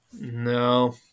No